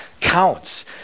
counts